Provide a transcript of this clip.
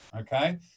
okay